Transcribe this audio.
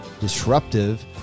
disruptive